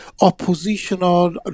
oppositional